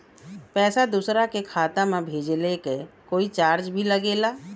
पैसा दोसरा के खाता मे भेजला के कोई चार्ज भी लागेला?